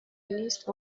نیست